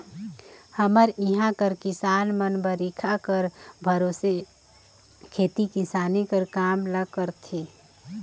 हमर इहां कर किसान मन बरिखा कर भरोसे खेती किसानी कर काम ल करथे